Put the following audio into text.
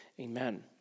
amen